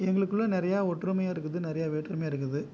எங்களுக்குள்ள நிறையா ஒற்றுமையும் இருக்குது நிறையா வேற்றுமையும் இருக்குது